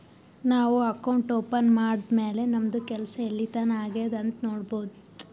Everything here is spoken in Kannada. ನಾವು ಅಕೌಂಟ್ ಓಪನ್ ಮಾಡದ್ದ್ ಮ್ಯಾಲ್ ನಮ್ದು ಕೆಲ್ಸಾ ಎಲ್ಲಿತನಾ ಆಗ್ಯಾದ್ ಅಂತ್ ನೊಡ್ಬೋದ್